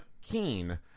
Keen